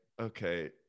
okay